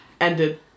ended